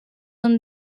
and